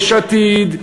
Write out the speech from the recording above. יש עתיד,